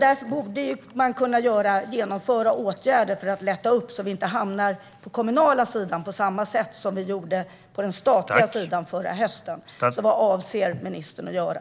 Därför borde man kunna genomföra åtgärder för att lätta upp så att vi inte hamnar i samma situation på den kommunala sidan som vi gjorde på den statliga sidan förra hösten. Vad avser ministern att göra?